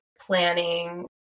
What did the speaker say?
planning